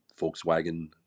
Volkswagen